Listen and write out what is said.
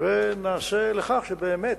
ונעשה לכך שבאמת,